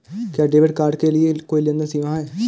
क्या debit card के लिए कोई लेनदेन सीमा है?